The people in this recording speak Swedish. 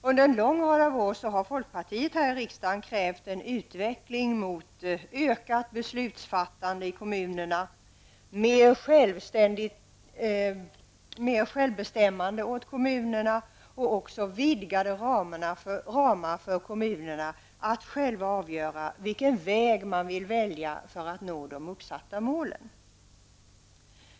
Under en lång rad av år har folkpartiet här i riksdagen krävt en utveckling mot ökat beslutsfattande i kommunerna, mer självbestämmande åt kommunerna och även vidgade ramar för kommunerna att själva avgöra vilken väg de vill välja för att nå de uppsatta målen.